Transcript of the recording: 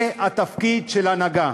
זה התפקיד של הנהגה.